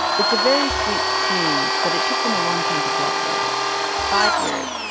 it's a very sweet scene, but it took them a long time to get here five years,